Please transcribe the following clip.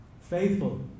faithful